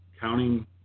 counting